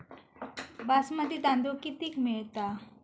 बासमती तांदूळ कितीक मिळता?